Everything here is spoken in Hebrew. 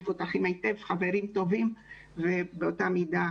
מפותחים היטב וחברים טובים ובאותה מידה